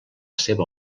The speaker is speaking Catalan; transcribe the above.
seva